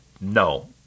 No